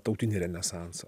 tautinį renesansą